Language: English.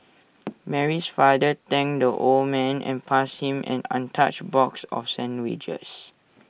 Mary's father thanked the old man and passed him an untouched box of sandwiches